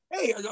Hey